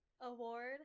award